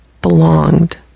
belonged